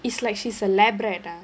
it's like she's a lab rat uh